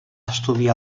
estudiar